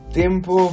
tempo